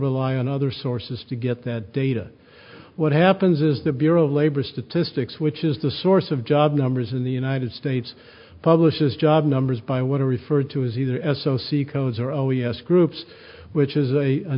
rely on other sources to get that data what happens is the bureau of labor statistics which is the source of job numbers in the united states publishes job numbers by what are referred to as either s o c codes or o e s groups which is a